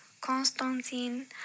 Constantine